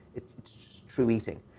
it's true eating.